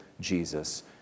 Jesus